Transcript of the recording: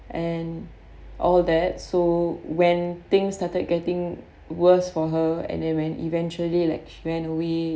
and all that so when things started getting worse for her and then when eventually like when we